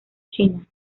china